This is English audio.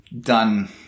done